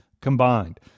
combined